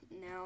Now